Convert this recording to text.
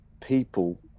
people